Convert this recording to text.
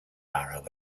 barrow